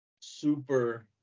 super